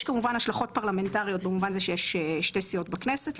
יש השלכות פרלמנטריות במובן זה שיש שלוש סיעות בכנסת.